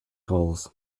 goals